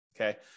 okay